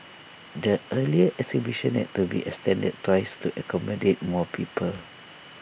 the earlier exhibition had to be extended twice to accommodate more people